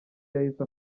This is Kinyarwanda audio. yahise